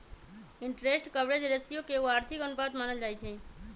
interest coverage ratio के एगो आर्थिक अनुपात मानल जाइ छइ